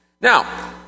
Now